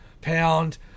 pound